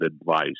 advice